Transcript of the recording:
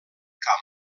camp